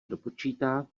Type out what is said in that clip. dopočítá